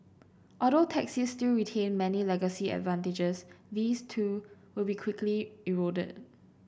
although taxis still retain many legacy advantages these too will be quickly eroded